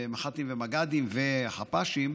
המג"דים והחפ"שים,